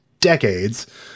decades